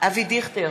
אבי דיכטר,